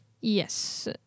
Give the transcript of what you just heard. Yes